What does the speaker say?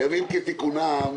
בימים כתיקונם,